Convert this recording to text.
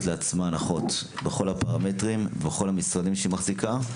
לעצמה הנחות בכל הפרמטרים בכל המשרדים שהיא מחזיקה,